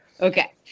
Okay